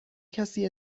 کسی